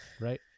right